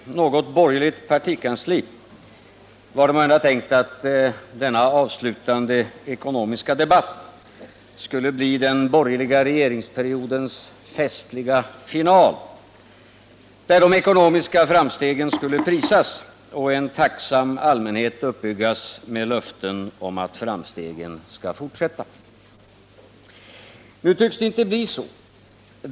Herr talman! I något borgerligt partikansli var det måhända tänkt att denna avslutande ekonomiska debatt skulle bli den borgerliga regeringsperiodens festliga final, där de ekonomiska framstegen skulle prisas och en tacksam allmänhet uppbyggas med löften om att framstegen skall fortsätta. Nu tycks det inte bli så.